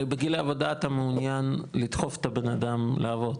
הרי בגיל העבודה אתה מעוניין לדחוף את הבן אדם לעבוד.